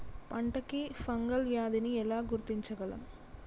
పంట కి ఫంగల్ వ్యాధి ని ఎలా గుర్తించగలం?